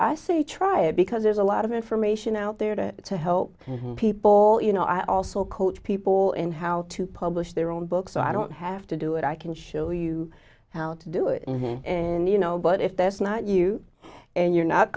i say try it because there's a lot of information out there to help people you know i also coach people in how to publish their own book so i don't have to do it i can show you how to do it and you know but if that's not you and you're not